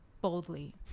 boldly